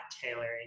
tailoring